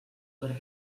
per